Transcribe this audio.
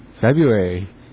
February